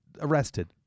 arrested